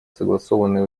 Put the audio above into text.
согласованные